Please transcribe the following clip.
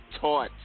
taught